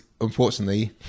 unfortunately